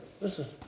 listen